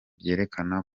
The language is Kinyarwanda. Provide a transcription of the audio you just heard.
byerekana